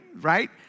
right